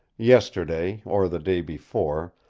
yesterday, or the day before,